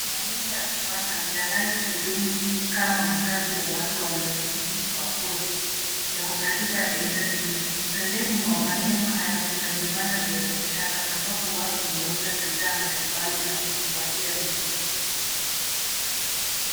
Majengo ya kupanga yanayohudumu kama makazi ya watu wanaoishi Kwa kodi yako katika eneo hili. Pembeni Kwa majengo haya kuna vibanda vya biashara ambapo watu wanauza bidhaa mbalimbali na kujipatia riziki.